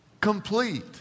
complete